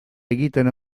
egiten